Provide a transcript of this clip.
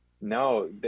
no